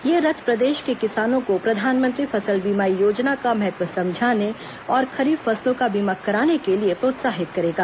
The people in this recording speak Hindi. यह रथ प्रदेश के किसानों को प्रधानमंत्री फसल बीमा योजना का महत्व समझाने और खरीफ फसलों का बीमा कराने के लिए प्रोत्साहित करेगा